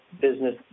Business